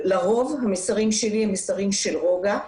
לרוב המסרים שלי הם מסרים של רוגע,